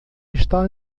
está